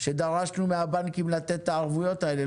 שדרשנו מהבנקים לתת את הערבויות האלה?